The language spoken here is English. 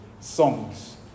songs